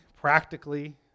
practically